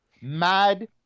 Mad